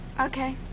Okay